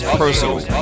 personal